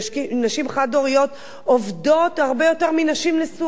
ונשים חד-הוריות עובדות הרבה יותר מנשים נשואות.